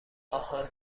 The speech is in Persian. آهان